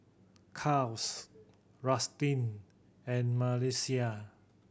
Kaels Rustin and Melissia